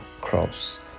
crops